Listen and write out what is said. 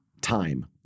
time